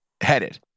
headed